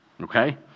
Okay